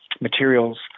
materials